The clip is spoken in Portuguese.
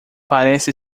parece